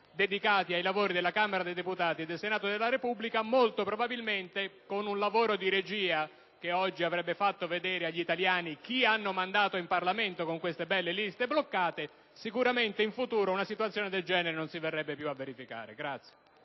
dedicati ai lavori della Camera dei deputati e del Senato della Repubblica, molto probabilmente - con un lavoro di regia che oggi avrebbe fatto vedere agli italiani chi hanno mandato in Parlamento con queste belle liste bloccate - in futuro una simile situazione non si ripeterebbe.